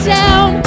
down